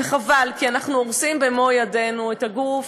וחבל, כי אנחנו הורסים במו-ידינו את הגוף